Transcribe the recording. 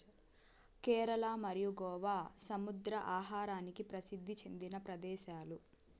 కేరళ మరియు గోవా సముద్ర ఆహారానికి ప్రసిద్ది చెందిన ప్రదేశాలు